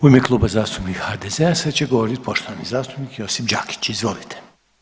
U ime Kluba zastupnika HDZ-a sad će govorit poštovani zastupnik JosiP Đakić, izvolite.